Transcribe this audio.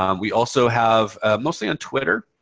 um we also have mostly on twitter